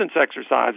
exercises